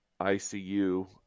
ICU